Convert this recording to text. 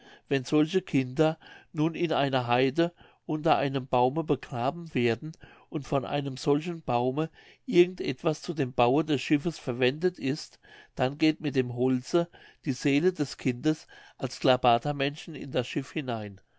wenn solche kinder nun in einer haide unter einem baume begraben werden und von einem solchen baume irgend etwas zu dem baue des schiffes verwendet ist dann geht mit dem holze die seele des kindes als klabatermännchen in das schiff hinein